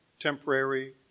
temporary